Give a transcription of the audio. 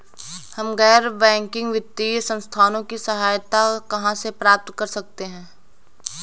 हम गैर बैंकिंग वित्तीय संस्थानों की सहायता कहाँ से प्राप्त कर सकते हैं?